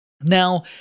Now